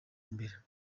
mbere